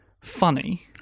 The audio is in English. funny